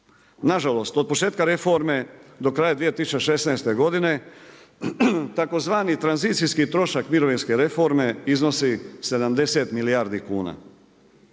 Nažalost, od početka reforme do kraja 2016. godine tzv. tranzicijski trošak mirovinske reforme iznosi 70 milijardi kuna